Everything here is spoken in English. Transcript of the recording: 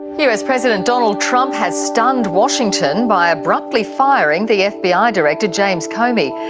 us president donald trump has stunned washington by abruptly firing the fbi ah director james comey.